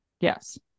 yes